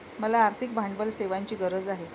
मला आर्थिक भांडवल सेवांची गरज आहे